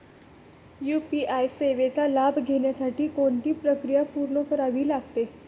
UPI सेवेचा लाभ घेण्यासाठी कोणती प्रक्रिया पूर्ण करावी लागते?